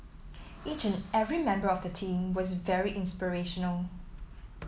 each and every member of the team was very inspirational